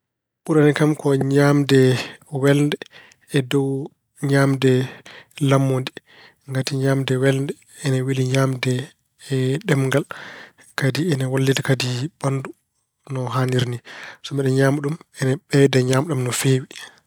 Ɓurani kam ko ñaamde welnde e dow ñaamde lammude. Ngati ñaamde welnde ina weli ñaamde e ɗemngal kadi ina wallita kadi ɓanndu no haaniri ni. So mbeɗa ñaama ɗum, ina ɓeyda ñaamɗe am no feewi.